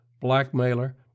blackmailer